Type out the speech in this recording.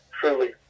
Truly